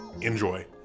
enjoy